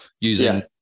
using